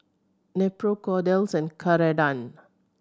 Nepro Kordel's and Keradan